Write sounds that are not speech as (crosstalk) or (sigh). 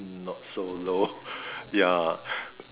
not so low (laughs) ya